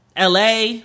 LA